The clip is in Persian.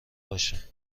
باشه